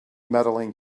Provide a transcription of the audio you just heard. medaling